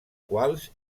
quals